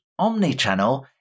Omnichannel